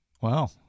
Wow